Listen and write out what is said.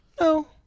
No